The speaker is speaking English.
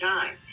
Time